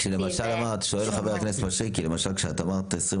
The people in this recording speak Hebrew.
כשאמרת '25 ק"מ